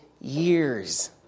years